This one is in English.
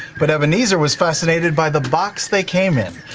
but ebenezer was fascinated by the box they came in.